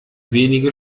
wenige